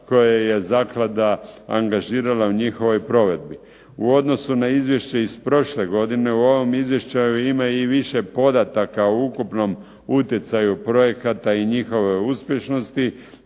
koje je zaklada angažirala u njihovoj provedbi. U odnosu na izvješće iz prošle goidne, u ovom izvješću ima i više podataka o ukupnom utjecaju projekata i njihove uspješnosti,